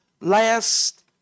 last